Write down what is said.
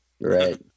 Right